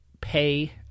pay